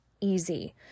easy